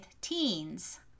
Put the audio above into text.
Teens